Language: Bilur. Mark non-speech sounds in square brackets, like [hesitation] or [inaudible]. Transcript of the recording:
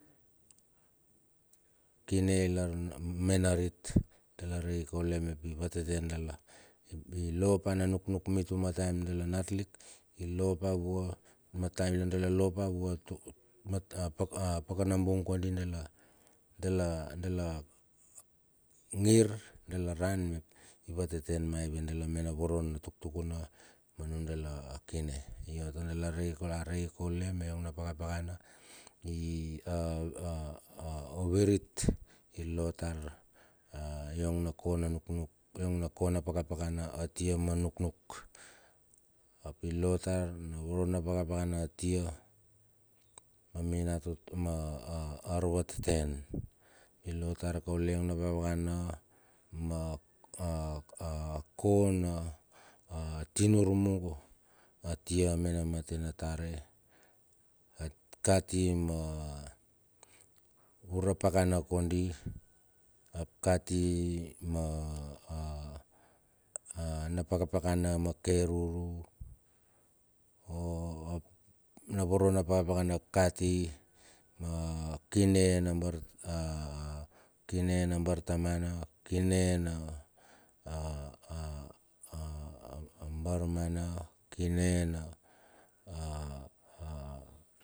A kine ilar menarit, dala rei kaule mep i vateten dala, i lo pa na nuknuk mi tuma taem dala natlik, ilo pa vua ma taem na dala lopa vua [hesitation] pakanabung kondi dala dala dala ngir, dala ran mep i vateten maive dala mena voro na tuktukuna ma nudala kine. [hesitation] a rei kaule me iong na paka pakana [hesitation] ovirit ilo tar a iong na kona nuknuk. Iong na kona paka pakana atia ma nuknuk, api lo tar na voro na paka pakana atia ma [hesitation] arvateten, ilo tar kaule iong na paka pakana ma [hesitation] kona a tinur mungo atia mena matena tare kati ma ura pakana kondi, ap kati ma [hesitation] na paka pakana ma ke ruru, ap na voro na paka pakana kati a a kine na bar a a kine na bartamana, a kine na [hesitation] barmana, kine na. [hesitation]